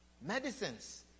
medicines